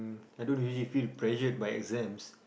I don't really feel pressured by exams